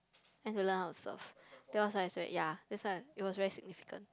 then to learn how to surf then was like it was ya that's why it was very significant